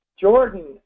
Jordan